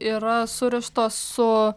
yra surištos su